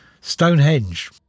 Stonehenge